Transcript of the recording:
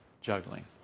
juggling